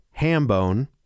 Hambone